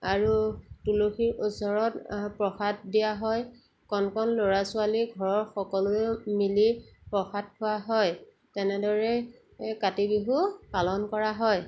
আৰু তুলসীৰ ওচৰত প্ৰসাদ দিয়া হয় কণ কণ ল'ৰা ছোৱালী ঘৰৰ সকলোৱে মিলি প্ৰসাদ খোৱা হয় তেনেদৰে কাতি বিহু পালন কৰা হয়